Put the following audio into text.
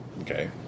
Okay